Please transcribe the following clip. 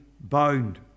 bound